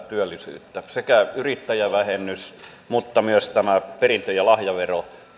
työllisyyttä sekä yrittäjävähennys että myös tämä perintö ja lahjavero